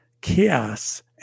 chaos